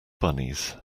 bunnies